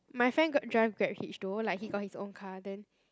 my friend got drive Grab Hitch though like he got his own car then